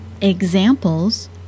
Examples